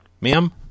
Ma'am